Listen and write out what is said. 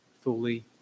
fully